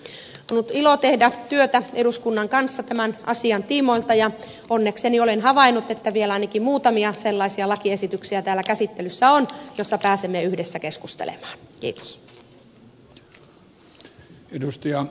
on ollut ilo tehdä työtä eduskunnan kanssa tämän asian tiimoilta ja onnekseni olen havainnut että vielä ainakin muutamia sellaisia lakiesityksiä täällä käsittelyssä on joiden yhteydessä pääsemme yhdessä keskustelemaan